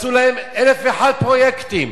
מצאו להם אלף ואחת פרויקטים: